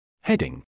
Heading